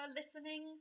listening